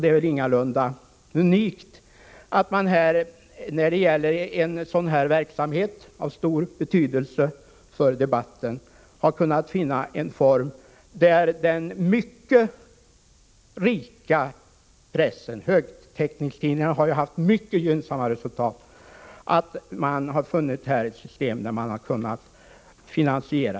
Det är väl ingalunda unikt att man beträffande en verksamhet av stor betydelse för debatten har kunnat finna en finansieringsform med anknytning till den mycket rika pressen; högtäckningstidningarna har ju haft mycket gynnsamma resultat.